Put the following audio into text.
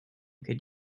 could